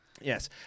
Yes